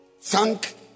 thank